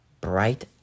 bright